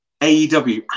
AEW